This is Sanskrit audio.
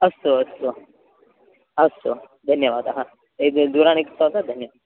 अस्तु अस्तु अस्तु धन्यवादः इद् दूरवाणी कृतवन्तः धन्यवादः